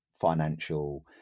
financial